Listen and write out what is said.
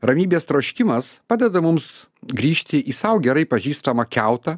ramybės troškimas padeda mums grįžti į sau gerai pažįstamą kiautą